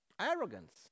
Arrogance